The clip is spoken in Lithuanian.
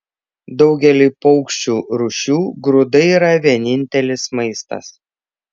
daugeliui paukščių rūšių grūdai yra vienintelis maistas